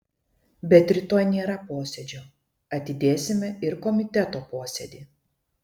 bet rytoj nėra posėdžio atidėsime ir komiteto posėdį